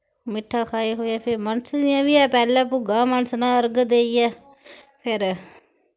मिट्ठा खाई खुइयै फिर मनसदियां बी हैन पैह्लैं भुग्गा मनसना अर्ग देइयै फिर